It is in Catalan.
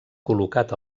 col·locat